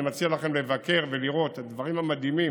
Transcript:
אני מציע לכם לבקר ולראות את הדברים המדהימים,